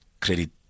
credit